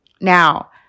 Now